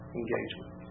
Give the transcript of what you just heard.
engagement